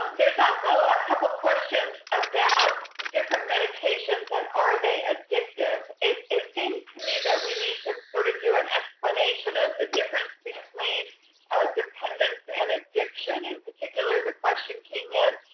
there's also a couple of questions about different medications, and are they addictive. it it seems to me that we need to sort of do an explanation of the difference between dependence and addiction. in particular, the question came in,